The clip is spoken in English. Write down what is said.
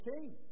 king